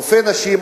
רופא נשים,